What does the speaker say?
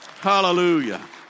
Hallelujah